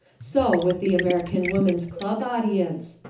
so with the american woman's club audience.